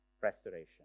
restoration